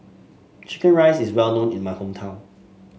chicken rice is well known in my hometown